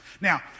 Now